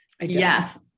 Yes